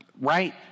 right